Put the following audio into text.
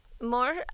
More